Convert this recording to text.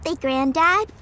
Granddad